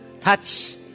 Touch